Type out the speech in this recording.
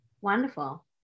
wonderful